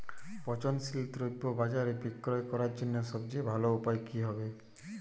পচনশীল দ্রব্য বাজারে বিক্রয় করার জন্য সবচেয়ে ভালো উপায় কি হবে?